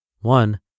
One